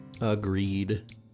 Agreed